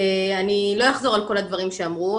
אני לא אחזור על כל הדברים שנאמרו,